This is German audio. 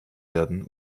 werden